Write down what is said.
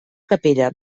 capella